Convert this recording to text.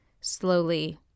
slowly